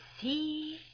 see